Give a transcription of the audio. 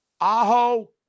Aho